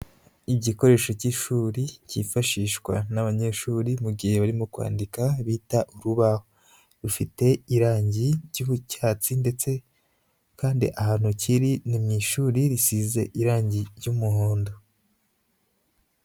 Igikoresho cy'ishuri cyifashishwa n'abanyeshuri mu gihe barimo kwandika bita urubaho, rufite irangi ry'icyatsi ndetse kandi ahantu kiri ni mu ishuri risize irangi ry'umuhondo.